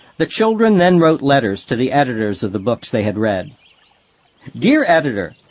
the children then wrote letters to the editors of the books they had read dear editor,